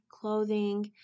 clothing